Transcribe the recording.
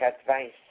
advice